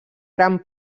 gran